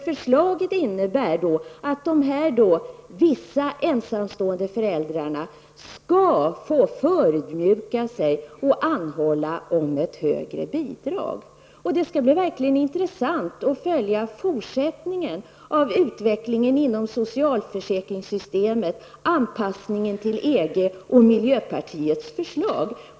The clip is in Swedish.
Förslaget innebär att vissa ensamstående föräldrar skall behöva förödmjuka sig och anhålla om ett högre bidrag. Det skall verkligen bli intressant att få följa utvecklingen av socialförsäkringssystemet, anpassningen till EG och miljöpartiets förslag.